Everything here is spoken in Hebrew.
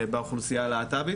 באוכלוסייה הלהט"בית.